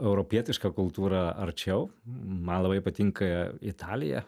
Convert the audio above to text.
europietiška kultūra arčiau man labai patinka italija